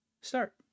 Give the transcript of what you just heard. start